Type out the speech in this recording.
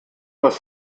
aus